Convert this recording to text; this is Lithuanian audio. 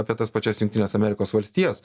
apie tas pačias jungtines amerikos valstijas